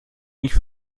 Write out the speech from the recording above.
nicht